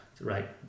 Right